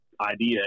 idea